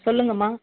சொல்லுங்கம்மா